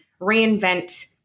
reinvent